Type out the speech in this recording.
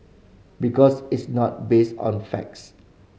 because it's not based on facts